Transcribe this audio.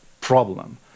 problem